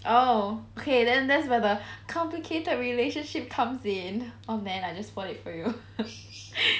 oh okay then there's where the complicated relationship comes in oh man I just spoiled it for you